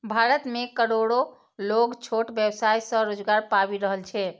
भारत मे करोड़ो लोग छोट व्यवसाय सं रोजगार पाबि रहल छै